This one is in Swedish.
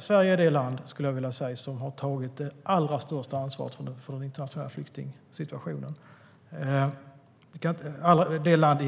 Sverige är det land i Europa, skulle jag vilja säga, som har tagit det allra största ansvaret för den internationella flyktingsituationen.